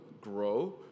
grow